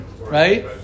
right